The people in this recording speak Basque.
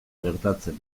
gertatzen